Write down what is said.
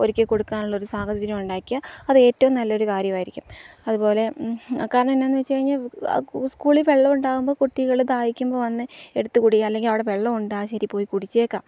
ഒരിക്കല് കൊടുക്കാനുള്ളൊരു സാഹചര്യം ഉണ്ടാക്കിയാല് അത് ഏറ്റവും നല്ലൊരു കാര്യമായിരിക്കും അതുപോലെ കാരണം എന്താണെന്നുവച്ചുകഴിഞ്ഞാല് സ്കൂളില് വെള്ളം ഉണ്ടാകുമ്പോള് കുട്ടികള് ദാഹിക്കുമ്പോള് വന്ന് എടുത്തുകുടിക്കുക അല്ലെങ്കില് അവിടെ വെള്ളം ഉണ്ടോ ശരി പോയി കുടിച്ചേക്കാം